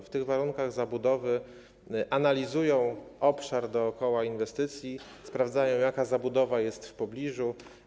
W tych warunkach zabudowy analizują obszar dookoła inwestycji, sprawdzają, jaka zabudowa jest w pobliżu.